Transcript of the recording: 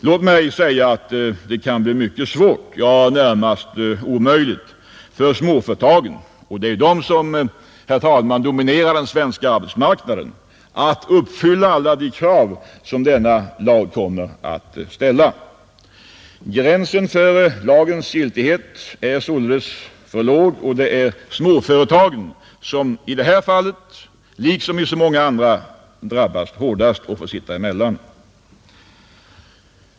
Låt mig dock säga att det kan bli mycket svårt, ja närmast omöjligt, för småföretagen — och det är de, fru talman, som dominerar den svenska arbetsmarknaden — att uppfylla alla de krav som denna lag kommer att ställa. Gränsen för lagens giltighet är alldeles för låg, och det är småföretagen som i detta fall liksom i så många andra drabbas hårdast och får sitta emellan.